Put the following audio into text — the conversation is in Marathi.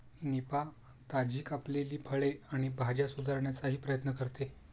निफा, ताजी कापलेली फळे आणि भाज्या सुधारण्याचाही प्रयत्न करते